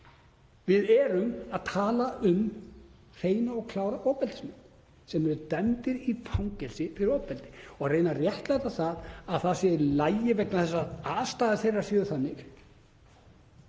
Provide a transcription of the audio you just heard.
Við erum að tala um hreina og klára ofbeldismenn sem eru dæmdir í fangelsi fyrir ofbeldi. Að reyna að réttlæta það, að það sé í lagi vegna þess að aðstæður þeirra séu þannig